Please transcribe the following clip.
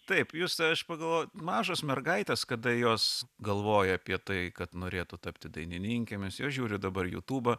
taip juste aš pagalvojau mažos mergaitės kada jos galvoja apie tai kad norėtų tapti dainininkėmis jos žiūri dabar jutubą